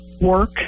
work